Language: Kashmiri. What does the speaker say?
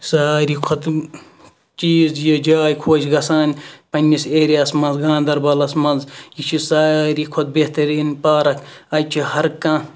ساروے کھۄتہٕ چیٖز یہِ جاے خۄش گَژھان پَننِس ایریاہَس مَنٛز گاندَربَلَس مَنٛز یہِ چھِ ساروے کھۄتہٕ بہتَرین پارَک اَتہِ چھُ ہَر کانٛہہ